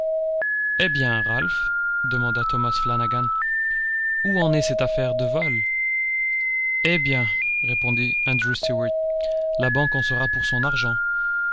eh bien ralph demanda thomas flanagan où en est cette affaire de vol eh bien répondit andrew stuart la banque en sera pour son argent